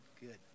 good